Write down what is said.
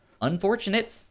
unfortunate